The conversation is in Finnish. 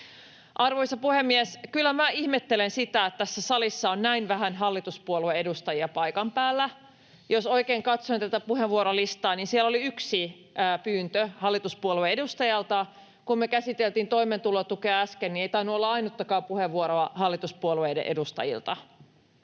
Arvoisa puhemies! Kyllä minä ihmettelen sitä, että tässä salissa on näin vähän hallituspuolueiden edustajia paikan päällä. Jos oikein katsoin tätä puheenvuorolistaa, niin siellä oli yksi pyyntö hallituspuolueen edustajalta. Kun me käsiteltiin toimeentulotukea äsken, ei tainnut olla ainuttakaan puheenvuoroa hallituspuolueiden edustajilta.